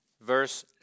verse